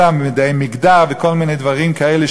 אלא מדעי מגדר וכל מיני דברים כאלה,